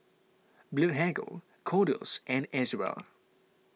Blephagel Kordel's and Ezerra